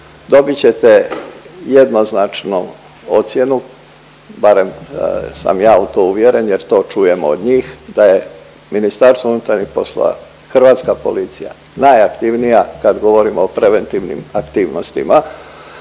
dobit ćete jednoznačnu ocjenu, barem sam ja u to uvjeren jer to čujem od njih da je MUP, hrvatska policija najaktivnija kad govorimo o preventivnim aktivnostima,